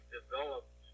developed